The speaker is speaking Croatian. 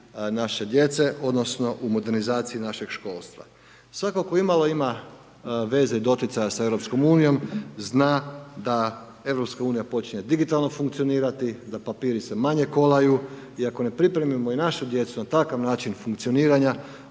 naše djece, odnosno, u modernizaciji našeg školstva. Svatko tko imalo ima veze i doticaja sa EU, zna da EU počinje digitalno funkcionirati, da papiri se manje kolaju i ako ne pripremimo i našu djecu, na takav način funkcioniranja,